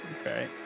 Okay